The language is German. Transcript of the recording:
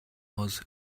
aus